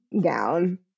gown